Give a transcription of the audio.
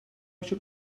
shook